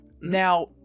Now